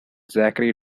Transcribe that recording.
zachary